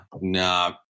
nah